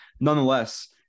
Nonetheless